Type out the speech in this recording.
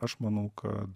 aš manau kad